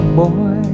boy